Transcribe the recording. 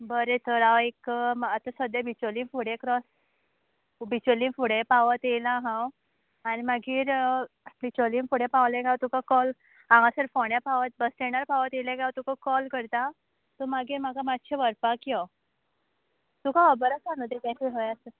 बरें थर हांव एक मा आतां सद्द्या बिचोली फुडें क्रॉस बिचोली फुडें पावत येयलां हांव आन मागीर बिचोली फुडें पावलें गा तुका कॉल हांगासर फोण्यां पावात बस स्टॅणार पावात येयलें गा हांव तुका कॉल करता तूं मागीर म्हाका मात्शें व्हरपाक यो तुका खबर आसा न्हू तें कॅफे खंय आसा